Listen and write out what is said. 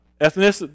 ethnic